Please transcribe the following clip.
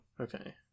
Okay